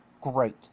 Great